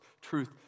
truth